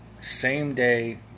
same-day